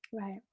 Right